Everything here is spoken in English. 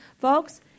Folks